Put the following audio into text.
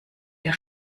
der